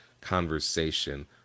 conversation